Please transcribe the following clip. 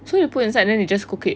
so you put inside then you just cook it